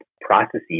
processes